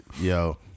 Yo